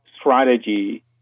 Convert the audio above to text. strategy